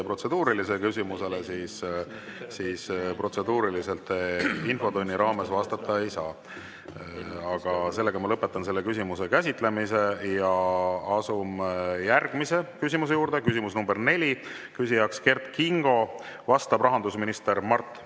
protseduurilisele küsimusele: protseduuriliselt infotunni raames vastata ei saa. Lõpetan selle küsimuse käsitlemise. Asume järgmise küsimuse juurde, küsimus nr 4. Küsib Kert Kingo, vastab rahandusminister Mart